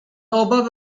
obawy